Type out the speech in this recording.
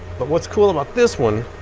but what's cool about this one,